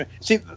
See